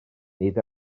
nid